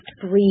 breathe